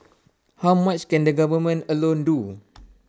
how much can the government alone do